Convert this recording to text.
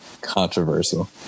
controversial